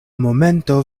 momento